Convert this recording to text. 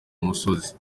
umusozi